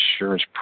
insurance